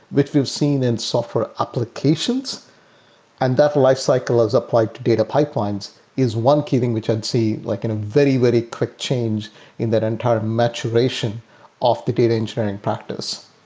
which we've seen in software applications and that lifecycle as applied to data pipelines is one key thing which i'd see like in a very, very quick change in that entire maturation of the data engineering practice.